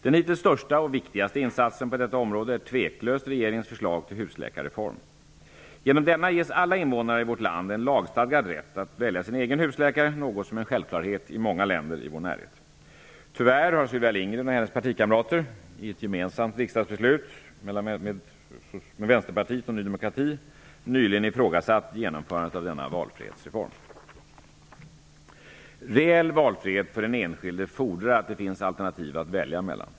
Den hittills största och viktigaste insatsen på detta område är tveklöst regeringens förslag till husläkarreform. Genom denna ges alla invånare i vårt land en lagstadgad rätt att välja sin egen husläkare, något som är en självklarhet i många länder i Sveriges närhet. Tyvärr har Sylvia Lindgren och hennes partikamrater -- i ett gemensamt riksdagsbeslut med Vänsterpartiet och Ny demokrati -- nyligen ifrågasatt genomförandet av denna valfrihetsreform. Reell valfrihet för den enskilde fordrar att det finns alternativ att välja mellan.